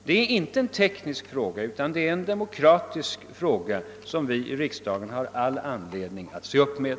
Det är inte en teknisk fråga, utan det är en demokratisk fråga, som vi i riksdagen har all anledning att se upp med.